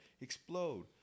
Explode